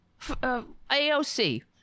AOC